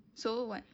so what